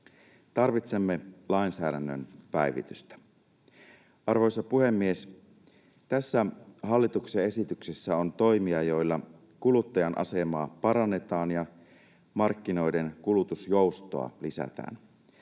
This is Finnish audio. Tarvitsemme lainsäädännön päivitystä. Arvoisa puhemies! Tässä hallituksen esityksessä on toimia, joilla kuluttajan asemaa parannetaan ja markkinoiden kulutusjoustoa lisätään.